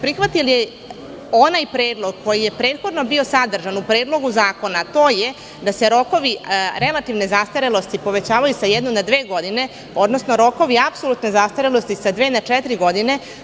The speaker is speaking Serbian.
Prihvatili ste onaj predlog koji je prethodno bio sadržan u Predlogu zakona, a to je da se rokovi relativne zastarelosti povećavaju sa jedne na dve godine, odnosno rokovi apsolutne zastarelosti sa dve na četiri godine.